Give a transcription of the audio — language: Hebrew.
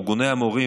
ארגוני המורים,